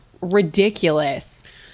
ridiculous